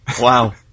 Wow